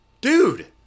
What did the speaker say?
Dude